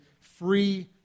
free